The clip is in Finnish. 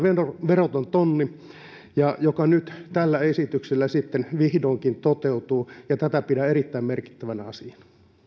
veroton tonni joka nyt tällä esityksellä sitten vihdoinkin toteutuu tätä pidän erittäin merkittävänä asiana